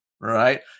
right